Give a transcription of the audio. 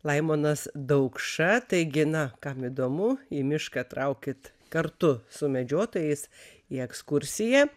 laimonas daukša taigi na kam įdomu į mišką traukit kartu su medžiotojais į ekskursiją